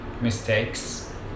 mistakes